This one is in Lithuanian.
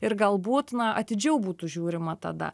ir galbūt na atidžiau būtų žiūrima tada